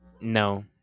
no